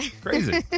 Crazy